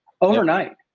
overnight